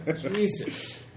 Jesus